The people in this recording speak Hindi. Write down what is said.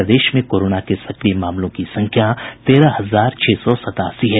प्रदेश में कोरोना के सक्रिय मामलों की संख्या तेरह हजार छह सौ सतासी है